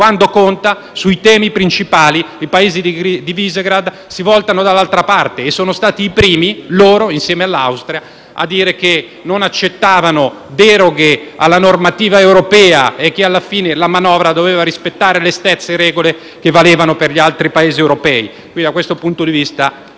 che conta, sui temi principali i Paesi di Visegrád si voltano dall'altra parte, tanto che sono stati i primi - loro, insieme all'Austria - a dire che non accettavano deroghe alla normativa europea e che alla fine la manovra avrebbe dovuto rispettare le stesse regole che valgono per gli altri Paesi europei. Da questo punto di vista,